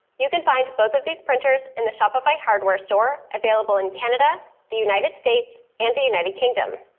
you can find both of these printers in the shopify hardware store available in canada, the united states and the united kingdom.